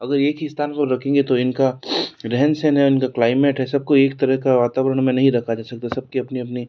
अगर एक ही स्थान को रखेंगे तो इनका रहन सहन है एंड द क्लाइमेट है सबको एक तरह का वातावरण में नहीं रखा जा सकता सबकी अपनी अपनी